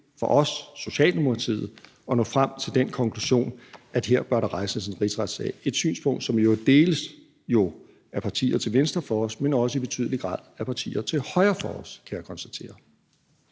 for os, Socialdemokratiet, at nå frem til den konklusion, at her bør der rejses en rigsretssag; et synspunkt, som jo i øvrigt deles af partier til venstre for os, men i betydelig grad også af partier til højre for os, kan jeg konstatere.